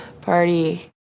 party